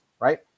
right